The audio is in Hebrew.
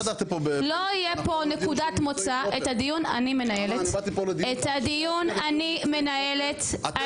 לא יהיה פה נקודת מוצא, את הדיון אני מנהלת.